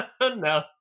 No